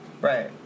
Right